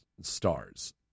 stars